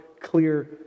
clear